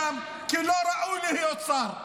כי הוא לא ראוי להיות שר,